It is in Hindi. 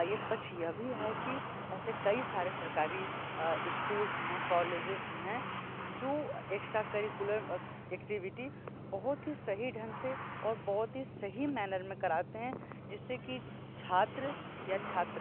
एक पक्ष यह भी है कि ऐसे कई सारे सरकारी स्कूल्स हैं कॉलेजेस हैं जो एक्स्ट्रा करिकुलर एक्टिविटी बहुत ही सही ढंग से और बहुत ही सही मैनर में कराते हैं जिससे कि छात्र या छात्र